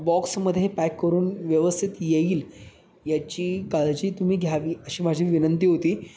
बॉक्समध्ये हे पॅक करून व्यवस्थित येईल याची काळजी तुम्ही घ्यावी अशी माझी विनंती होती